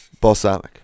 balsamic